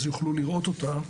וכך כולם יוכלו לראות אותה.